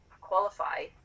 qualify